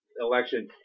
election